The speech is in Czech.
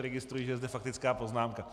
Registruji, že je zde faktická poznámka.